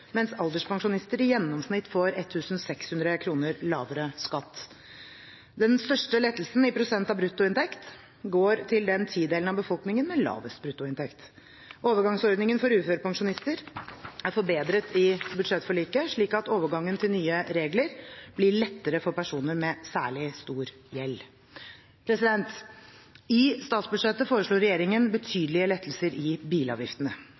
mens alderspensjonister i gjennomsnitt får 1 600 kr lavere skatt. Den største lettelsen i prosent av bruttoinntekt går til den tidelen av befolkningen som har lavest bruttoinntekt. Overgangsordningen for uførepensjonister er forbedret i budsjettforliket, slik at overgangen til nye regler blir lettere for personer med særlig stor gjeld. I statsbudsjettet foreslo regjeringen betydelige lettelser i bilavgiftene.